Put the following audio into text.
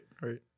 Right